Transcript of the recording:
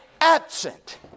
absent